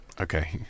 Okay